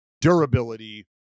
durability